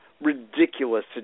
ridiculous